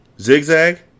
Zigzag